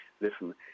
Listen